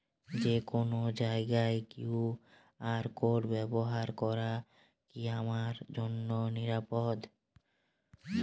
যে কোনো জায়গার কিউ.আর কোড ব্যবহার করা কি আমার জন্য নিরাপদ?